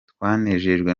twanejejwe